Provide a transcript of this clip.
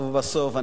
בסוף,